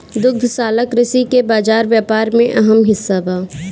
दुग्धशाला कृषि के बाजार व्यापार में अहम हिस्सा बा